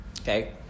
Okay